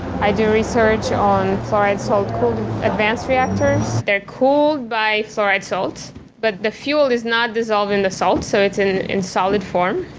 i do research on fluoride salt cooled advanced reactors. they're cooled by fluoride salts but the fuel is not dissolved in the salt, so it is in solid form.